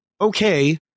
okay